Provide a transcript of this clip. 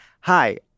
hi